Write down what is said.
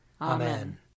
Amen